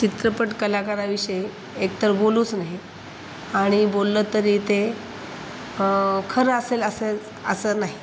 चित्रपट कलाकाराविषयी एकतर बोलूच नये आणि बोललं तरी ते खरं असेल असं असं नाही